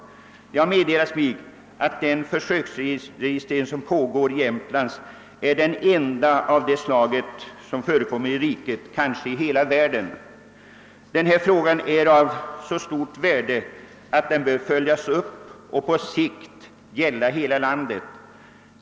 Det har meddelats mig att den försöksregistrering som pågår i Jämtland är den enda av det slaget som förekommer i riket — kanske i hela världen. Denna fråga är av så stort värde att den bör följas upp och på sikt gälla hela landet.